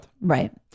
Right